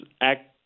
act